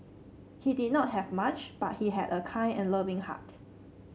he did not have much but he had a kind and loving heart